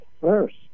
first